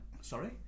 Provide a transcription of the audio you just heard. sorry